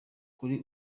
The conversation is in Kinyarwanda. kuri